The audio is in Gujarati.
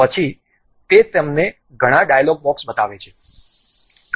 પછી તે તમને ઘણા ડાયલોગ બોક્સ બતાવે છે